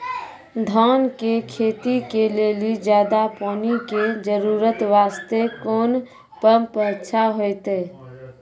धान के खेती के लेली ज्यादा पानी के जरूरत वास्ते कोंन पम्प अच्छा होइते?